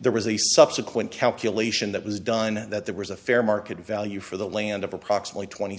there was a subsequent calculation that was done that there was a fair market value for the land of approximately twenty